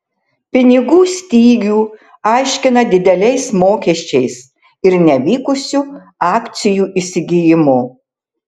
pinigų stygių aiškina dideliais mokesčiais ir nevykusiu akcijų įsigijimu